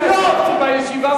בתקציבי הרווחה.